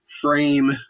frame